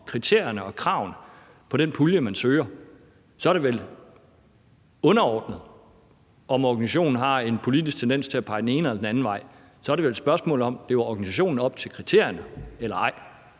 kriterierne og kravene for den pulje, man søger. Så er det vel underordnet, om organisationen politisk har en tendens til at pege den ene eller den anden vej. Så er det vel et spørgsmål om, om organisationen lever op til kriterierne eller ej.